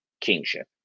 kingship